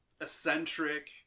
eccentric